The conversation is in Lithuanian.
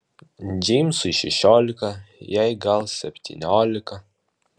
džeimsui šešiolika jai gal septyniolika